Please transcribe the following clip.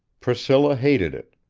priscilla hated it.